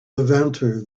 levanter